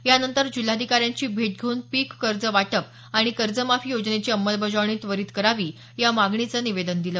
यानंतर जिल्हाधिकाऱ्यांची भेट घेऊन पीक कर्ज वाटप आणि कर्जमाफी योजनेची अंमलबजावणी त्वरीत करावी या मागणीचे निवेदन देण्यात आलं